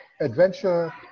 adventure